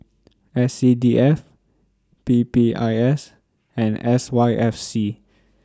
S C D F P P I S and S Y F C